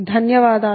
ధన్యవాదాలు